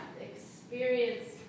experience